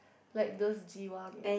like those jiwang